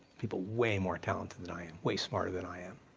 people way more talented than i am, way smarter than i am,